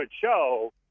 show